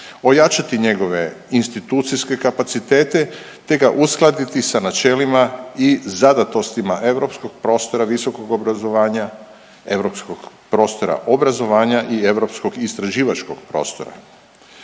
ojačati njegove institucijske kapacitete, te ga uskladiti sa načelima i zadatostima europskog prostora visokog obrazovanja, europskog prostora obrazovanja i europskog istraživačkog prostora.